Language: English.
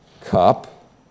cup